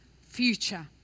future